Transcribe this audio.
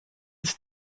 its